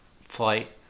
flight